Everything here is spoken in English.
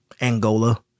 Angola